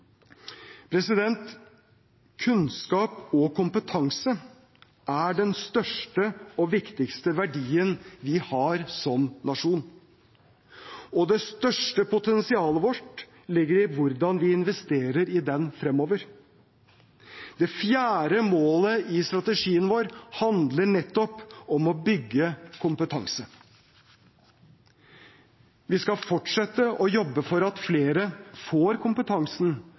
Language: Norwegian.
Kunnskap og kompetanse er den største og viktigste verdien vi har som nasjon. Det største potensialet vårt ligger i hvordan vi investerer i den fremover. Det fjerde målet i strategien vår handler nettopp om å bygge kompetanse. Vi skal fortsette å jobbe for at flere får kompetansen